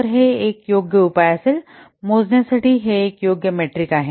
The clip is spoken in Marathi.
तर हे एक योग्य उपाय असेल मोजण्यासाठी हे एक योग्य मेट्रिक आहे